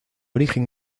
origen